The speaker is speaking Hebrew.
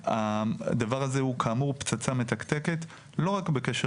הדבר הזה הוא כאמור פצצה מתקתקת לא רק בקשר